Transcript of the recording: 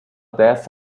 desk